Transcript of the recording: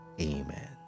Amen